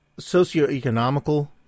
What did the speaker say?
socioeconomical